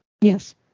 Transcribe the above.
Yes